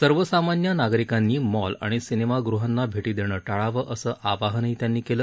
सर्वसामान्य नागरिकांनी मॉल आणि सिनेमाग़हांना भेटी देणं टाळावं असं आवाहनही त्यांनी केलं